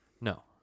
No